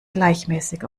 gleichmäßig